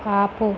ఆపు